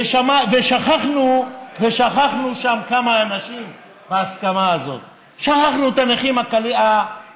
ושכחנו שם כמה אנשים בהסכמה הזאת: שכחנו את האוטיסטים,